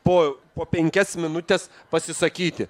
po po penkias minutes pasisakyti